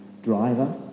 Driver